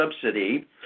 subsidy